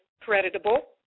creditable